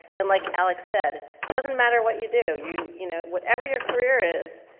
and like alex said, doesn't matter what you do, you, you know, whatever your career is,